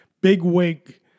Bigwig